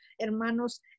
hermanos